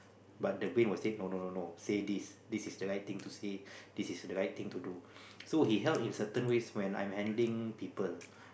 but the brain will say no no no no say this this is the right thing to see this is right thing to do so he help in certain ways when I'm handling people